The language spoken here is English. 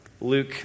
Luke